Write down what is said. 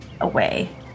away